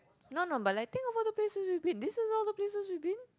no no but like think over the places we've been this is all the places we've been